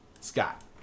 Scott